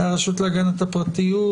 הרשות להגנת הפרטיות,